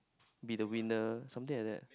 be the winner something like that